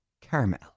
caramel